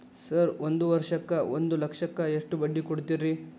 Sir ಒಂದು ವರ್ಷಕ್ಕ ಒಂದು ಲಕ್ಷಕ್ಕ ಎಷ್ಟು ಬಡ್ಡಿ ಕೊಡ್ತೇರಿ?